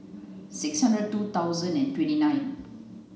six hundred two thousand and twenty nine